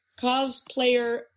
cosplayer